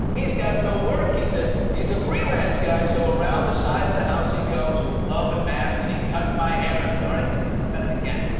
he's got no work. he's ah he's a freelance guy, so around the side of the house, he comes with gloves and masks and he cut my hair and darn it, he's gonna cut it again.